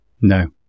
No